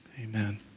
Amen